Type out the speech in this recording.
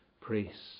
priests